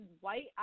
white